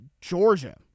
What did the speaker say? Georgia